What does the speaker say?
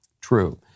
true